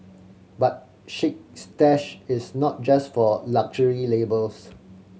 but Chic Stash is not just for luxury labels